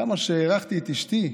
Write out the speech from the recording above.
כמה שהערכתי את אשתי,